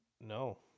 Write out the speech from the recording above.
No